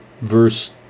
verse